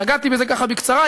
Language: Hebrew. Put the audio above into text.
נגעתי בזה ככה בקצרה,